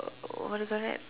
uh what do you call that